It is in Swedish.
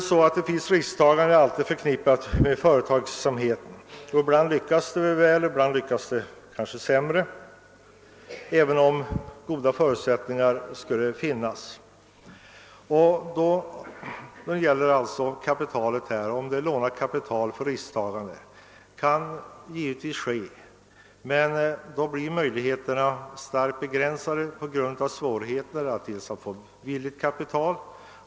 Ett risktagande är alltid förenat med företagsamheten. Ibland lyckas det väl, ibland lyckas det kanske sämre, även om goda förutsättningar skulle finnas. Risktagande med lånat kapital kan givetvis förekomma, men i så fall blir möjligheterna starkt begränsade på grund av svårigheten att finna villigt kapital.